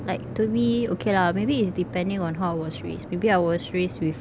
like to me okay lah maybe it's depending on how I was raised maybe I was raised with